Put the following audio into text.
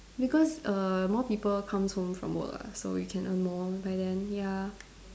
because err more people come home from work [what] so we can earn more by then ya